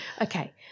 Okay